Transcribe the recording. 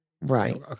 Right